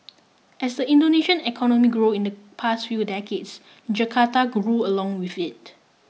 as the Indonesian economy grew in the past few decades Jakarta grew along with it